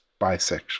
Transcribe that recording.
bisexual